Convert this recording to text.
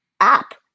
app